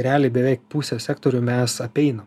realiai beveik pusę sektorių mes apeinam